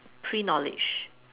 pre-knowledge